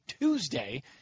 Tuesday